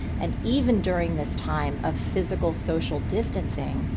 and even during this time of physical social distancing,